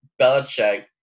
Belichick